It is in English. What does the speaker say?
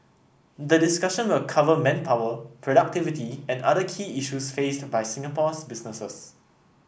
the discussion will cover manpower productivity and other key issues faced by Singapore's businesses